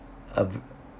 a